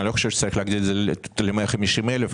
אני לא חושב שצריך להגדיל את זה ל-150,000 ₪,